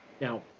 Now